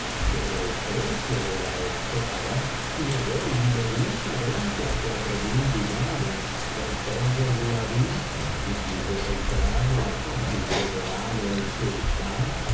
que el precio de la esclava llegó inmediatamente á cuatro mil dinares entonces la vi y quise comprarla para mi soberano el sultán